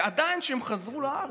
ועדיין כשהם חזרו לארץ,